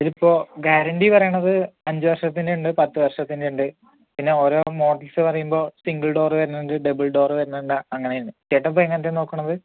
ഇതിപ്പോൾ ഗ്യാരണ്ടി പറയണത് അഞ്ചുവർഷത്തിൻ്റെ ഉണ്ട് പത്ത് വർഷത്തിൻ്റെ ഉണ്ട് പിന്നെ ഓരോ മോഡൽസ് പറയുമ്പോൾ സിംഗിൾ ഡോർ വരുന്നുണ്ട് ഡബിൾ ഡോർ വരുന്നുണ്ട് അങ്ങനെയാണ് ചേട്ടൻ ഇപ്പോൾ എങ്ങനത്തെയാണ് നോക്കണത്